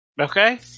Okay